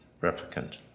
replicant